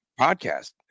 podcast